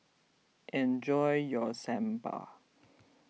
enjoy your Sambar